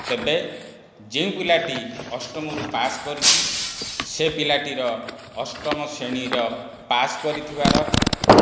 ତେବେ ଯେଉଁ ପିଲାଟି ଅଷ୍ଟମରୁ ପାସ୍ କରିଛି ସେ ପିଲାଟିର ଅଷ୍ଟମ ଶ୍ରେଣୀର ପାସ୍ କରିଥିବାର